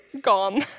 gone